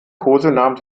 kosenamen